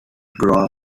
grew